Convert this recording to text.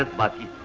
ah but a